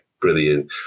brilliant